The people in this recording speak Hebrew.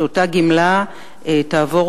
שאותה גמלה תעבור,